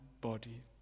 body